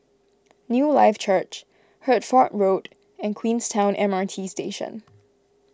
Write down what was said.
Newlife Church Hertford Road and Queenstown M R T Station